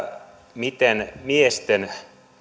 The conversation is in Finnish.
miten miesten